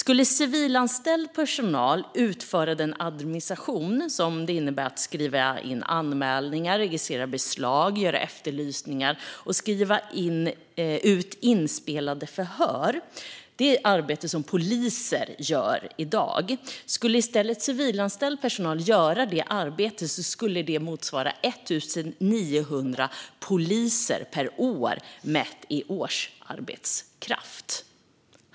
Om civilanställd personal skulle utföra den administration som det innebär att skriva in anmälningar, registrera beslag, göra efterlysningar och skriva ut inspelade förhör - det är arbete som poliser gör i dag - skulle det motsvara 1 900 poliser mätt i årsarbetskraft.